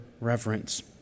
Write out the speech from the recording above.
reverence